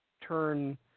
turn